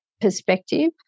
perspective